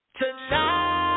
tonight